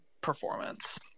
performance